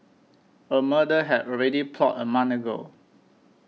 a murder had already plotted a month ago